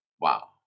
Wow